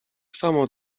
samo